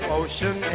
ocean